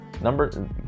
number